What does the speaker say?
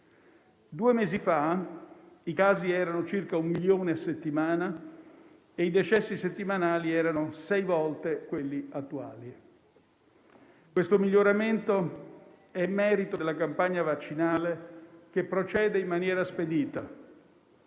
Due mesi fa i casi erano circa un milione a settimana e i decessi settimanali sei volte quelli attuali. Questo miglioramento è merito della campagna vaccinale, che procede in maniera spedita.